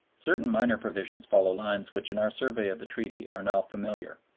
certain minor provisions follow lines which in our survey of the treaty are now familiar.